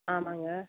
ஆமாங்க